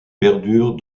perdure